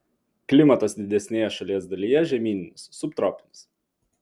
klimatas didesnėje šalies dalyje žemyninis subtropinis